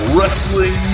Wrestling